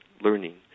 learning